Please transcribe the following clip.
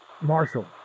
Marshall